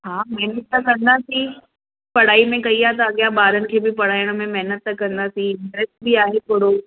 हा महिनत कंदासीं पढ़ाई में कई आहे त अॻियां ॿारनि खे बि पढ़ाइण में महिनत कंदासीं इंट्रैस्ट बि आहे थोरो